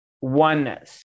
oneness